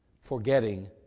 forgetting